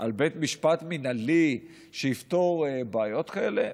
על בית משפט מינהלי שיפתור בעיות כאלה?